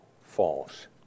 false